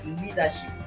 leadership